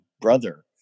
brother